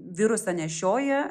virusą nešioja